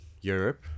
Europe